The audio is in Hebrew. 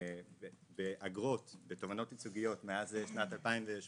באגרות בתובענות ייצוגיות מאז שנת 2018